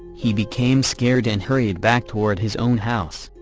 he became scared and hurried back toward his own house.